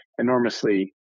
enormously